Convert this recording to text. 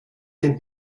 dem